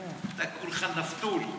אתה כולך נפתול.